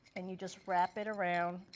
and you just wrap it around.